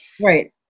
right